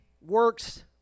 works